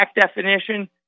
definition